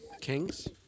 Kings